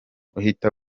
uhita